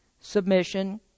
submission